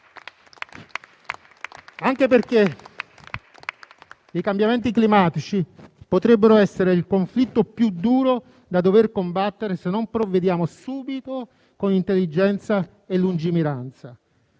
Anche perché i cambiamenti climatici potrebbero essere il conflitto più duro da dover combattere se non provvediamo subito, con intelligenza e lungimiranza.